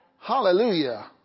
Hallelujah